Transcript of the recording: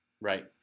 right